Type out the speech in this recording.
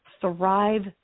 thrive